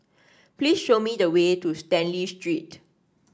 please show me the way to Stanley Street